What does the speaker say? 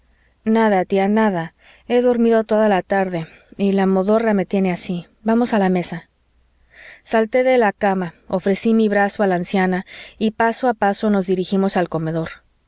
nada tía nada he dormido toda la tarde y la modorra me tiene así vamos a la mesa salté de la cama ofrecí mi brazo a la anciana y paso a paso nos dirigimos al comedor